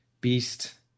beast